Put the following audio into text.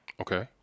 Okay